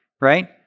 right